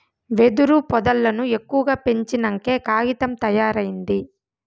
వెదురు పొదల్లను ఎక్కువగా పెంచినంకే కాగితం తయారైంది